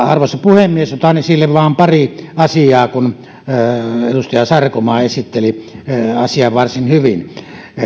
arvoisa puhemies otan esille vain pari asiaa kun edustaja sarkomaa esitteli asian varsin hyvin